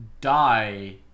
die